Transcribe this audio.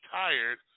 tired